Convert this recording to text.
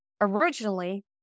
originally